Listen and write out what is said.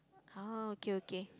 uh okay okay